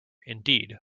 indeed